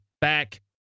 back